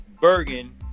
Bergen